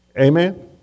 Amen